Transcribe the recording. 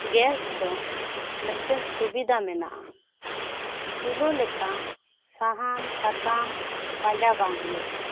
gas ᱫᱚ ᱢᱤᱫᱴᱟᱝ ᱥᱩᱵᱤᱫᱷᱟ ᱢᱮᱱᱟᱜᱼᱟ ᱪᱩᱞᱟᱹ ᱞᱮᱠᱟ ᱥᱟᱦᱟᱱ ᱥᱟᱠᱟᱢ ᱯᱟᱸᱡᱟ ᱵᱟᱝ ᱦᱩᱭᱩᱜ ᱟ